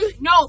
No